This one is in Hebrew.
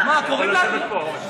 (קוראת בשמות חברי הכנסת)